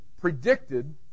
predicted